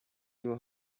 you